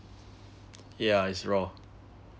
yeah is raw